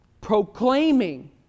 proclaiming